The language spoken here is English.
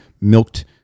milked